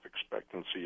expectancy